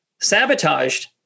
sabotaged